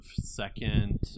second